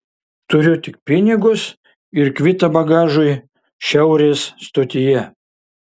turiu tik pinigus ir kvitą bagažui šiaurės stotyje